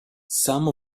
some